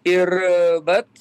ir vat